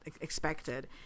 expected